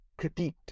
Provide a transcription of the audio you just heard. critiqued